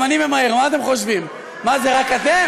גם אני ממהר, מה אתם חושבים, מה, זה רק אתם?